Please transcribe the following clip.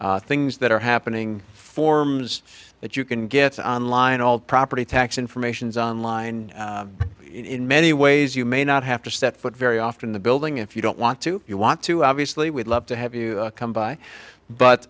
things that are happening forms that you can get on line all property tax informations on line in many ways you may not have to set foot very often the building if you don't want to you want to obviously would love to have you come by